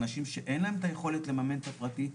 אנשים שאין להם את היכולת לממן את הפרטי,